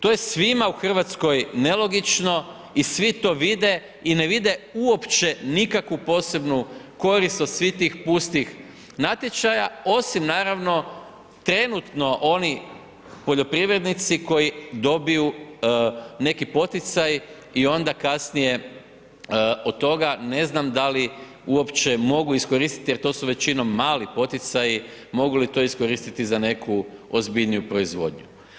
To je svima u RH nelogično i svi to vide i ne vide uopće nikakvu posebnu korist od svih tih pustih natječaja, osim naravno, trenutno oni poljoprivrednici koji dobiju neki poticaj i onda kasnije od toga, ne znam da li uopće mogu iskoristit, jer to su većinom mali poticaji, mogu li to iskoristiti za neku ozbiljniju proizvodnju.